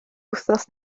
wythnos